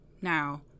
Now